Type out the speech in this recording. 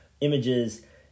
images